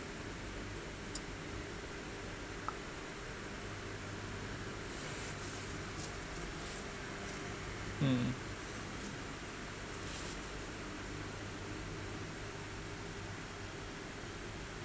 mm